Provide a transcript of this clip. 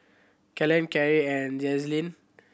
Kellen Karie and Jazlynn